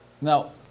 now